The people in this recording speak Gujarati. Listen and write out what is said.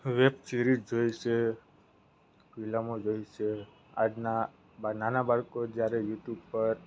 વેબ સિરીઝ જુએ છે ફિલ્મો જુએ છે આજના બાળ નાનાં બાળકો જ્યારે યુટ્યુબ પર